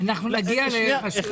א',